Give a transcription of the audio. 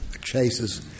Chase's